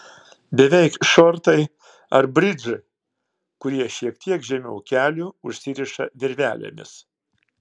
beveik šortai ar bridžai kurie šiek tiek žemiau kelių užsiriša virvelėmis